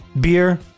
beer